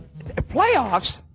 Playoffs